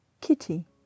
Kitty